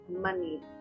money